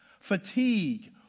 Fatigue